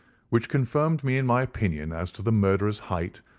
which confirmed me in my opinion as to the murderer's height,